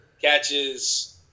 catches